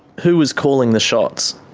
who was calling the shots?